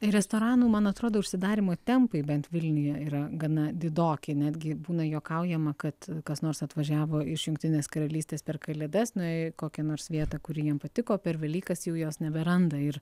ir restoranų man atrodo užsidarymo tempai bent vilniuje yra gana didoki netgi būna juokaujama kad kas nors atvažiavo iš jungtinės karalystės per kalėdas nuėjo į kokią nors vietą kuri jiem patiko per velykas jau jos neberanda ir